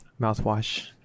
mouthwash